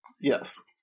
Yes